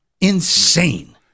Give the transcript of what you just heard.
Insane